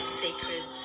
sacred